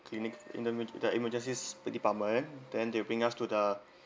clinic in the mid the emergency department then they bring us to the